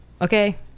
okay